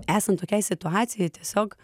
esant tokiai situacijai tiesiog